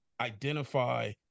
identify